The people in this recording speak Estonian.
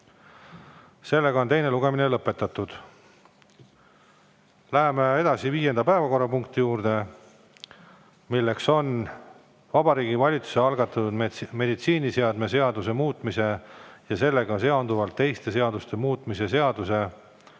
lõpetada. Teine lugemine on lõpetatud. Läheme edasi viienda päevakorrapunkti juurde, milleks on Vabariigi Valitsuse algatatud meditsiiniseadme seaduse muutmise ja sellega seonduvalt teiste seaduste muutmise seaduse